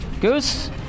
Goose